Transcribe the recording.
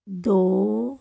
ਦੋ